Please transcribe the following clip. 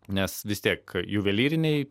nes vis tiek juvelyriniai